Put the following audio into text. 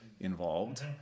involved